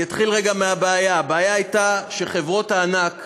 אני אתחיל רגע מהבעיה: הבעיה הייתה שחברות הענק